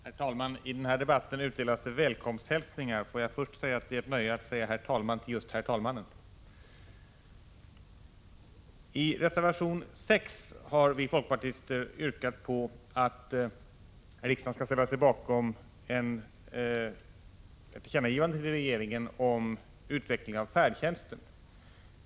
Herr talman! I den här debatten utdelas välkomsthälsningar. Får jag först säga att det är ett nöje att säga herr talman till just herr talmannen. I reservation 6 har vi folkpartister yrkat att riksdagen skall ställa sig bakom ett tillkännagivande till regeringen om utveckling av färdtjänsten.